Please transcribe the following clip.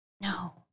No